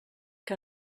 que